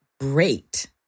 great